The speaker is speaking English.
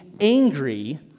angry